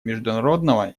международного